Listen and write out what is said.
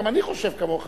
גם אני חושב כמוך,